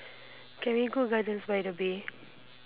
can we go gardens by the bay